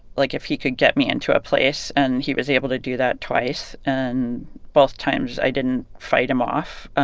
like, if he could get me into a place and he was able to do that twice and both times, i didn't fight him off